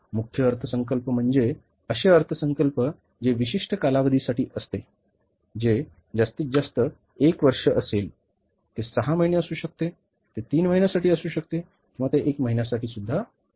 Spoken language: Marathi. मुख्य अर्थसंकल्प म्हणजे असे अर्थसंकल्प जे विशिष्ट कालावधीसाठी असते जे जास्तीत जास्त एक वर्ष असेल ते सहा महिने असू शकते ते तीन महिन्यांसाठी असू शकते ते एका महिन्यासाठीदेखील असू शकते